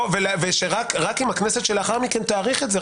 ורק אם הכנסת לאחר מכן תאריך את זה,